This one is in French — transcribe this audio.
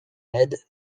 aide